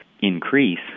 increase